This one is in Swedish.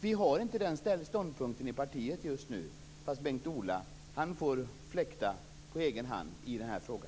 Vi har inte den ståndpunkten i partiet just nu, så Bengt-Ola får fläkta på egen hand i den här frågan.